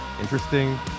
interesting